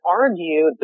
argue